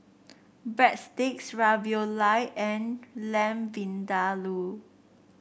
Breadsticks Ravioli and Lamb Vindaloo